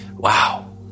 Wow